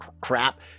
crap